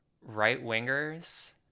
right-wingers